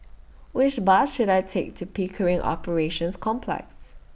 Which Bus should I Take to Pickering Operations Complex